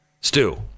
Stu